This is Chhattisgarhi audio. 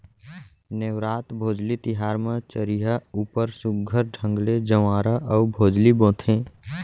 नेवरात, भोजली तिहार म चरिहा ऊपर सुग्घर ढंग ले जंवारा अउ भोजली बोथें